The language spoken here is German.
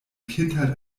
kindheit